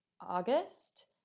August